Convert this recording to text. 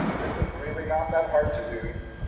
this is really not that hard to do.